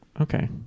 Okay